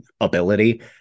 ability